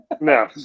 No